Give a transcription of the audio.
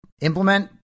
implement